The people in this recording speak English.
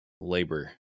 labor